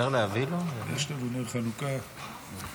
קח את